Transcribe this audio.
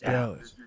Dallas